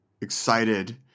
excited